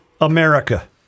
America